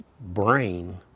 brain